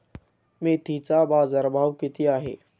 मेथीचा बाजारभाव किती आहे?